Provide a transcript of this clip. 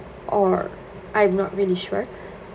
or I'm not really sure